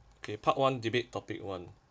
okay part one debate topic one